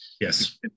Yes